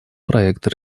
проекта